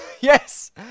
Yes